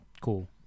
cool